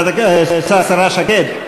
השרה שקד?